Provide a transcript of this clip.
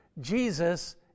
Jesus